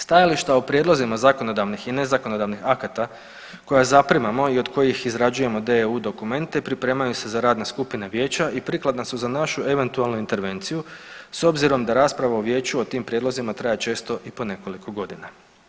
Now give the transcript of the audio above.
Stajališta o prijedlozima zakonodavnih i nezakonodavnih akata koje zaprimamo i od kojih izrađujemo DEU dokumente pripremaju se za radne skupine Vijeća i prikladna su za našu eventualnu intervenciju s obzirom da rasprava u Vijeću o tim prijedlozima traje često i po nekoliko godina.